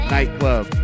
Nightclub